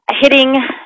hitting –